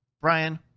Brian